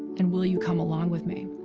and will you come along with me?